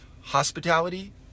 hospitality